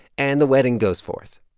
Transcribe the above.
and the wedding goes forth.